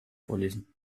man